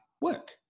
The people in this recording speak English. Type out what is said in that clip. work